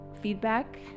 feedback